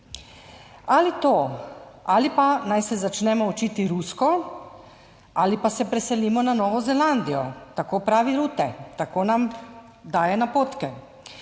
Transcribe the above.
ali pa naj se začnemo učiti rusko ali pa se preselimo na Novo Zelandijo. Tako pravi Rutte, tako nam daje napotke.